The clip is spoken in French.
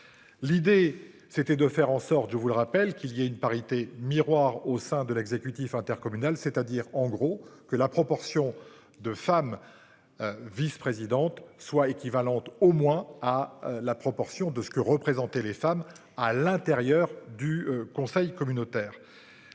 L'idée c'était de faire en sorte, je vous le rappelle qu'il y a une parité miroir au sein de l'exécutif intercommunal, c'est-à-dire en gros que la proportion de femmes. Vice-présidente soit équivalente au moins à la proportion de ce que représentaient les femmes à l'intérieur du conseil communautaire,